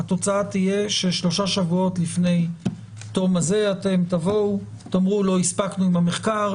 התוצאה תהיה ששלושה שבועות לפני תבואו ותאמרו: לא הספקנו עם המחקר,